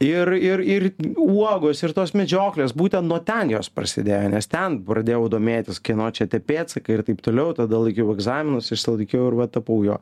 ir ir ir uogos ir tos medžioklės būtent nuo ten jos prasidėjo nes ten pradėjau domėtis kieno čia tie pėdsakai ir taip toliau tada laikiau egzaminus išsilaikiau ir va tapau jo